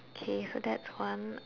okay so that's one